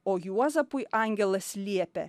o juozapui angelas liepia